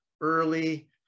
early